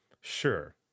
sure